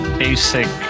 basic